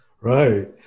Right